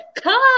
come